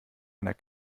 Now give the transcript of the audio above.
einer